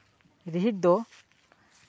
ᱨᱤᱦᱤᱴ ᱫᱚ